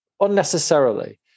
unnecessarily